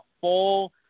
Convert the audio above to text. full